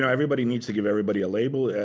yeah everybody needs to give everybody a label. yeah